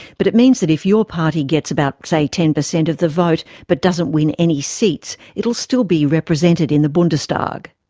but it means that if your party gets about, say, ten percent of the vote but doesn't win any seats, it'll still be represented in the bundestag.